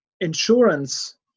insurance